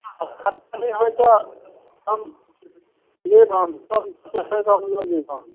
खट्टा नहि होइ तऽ हम लेब आम सबमेसँ थोड़े कऽ लऽ लेब हम